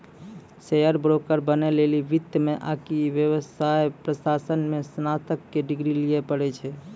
share broker बनै लेली वित्त मे आकि व्यवसाय प्रशासन मे स्नातक के डिग्री लिये पड़ै छै